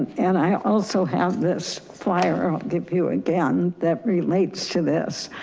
and i also have this flyer, i'll give you again, that relates to this.